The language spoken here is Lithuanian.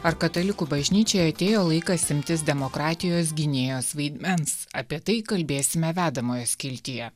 ar katalikų bažnyčiai atėjo laikas imtis demokratijos gynėjos vaidmens apie tai kalbėsime vedamoje skiltyje